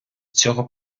цього